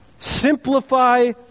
Simplify